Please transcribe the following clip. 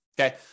Okay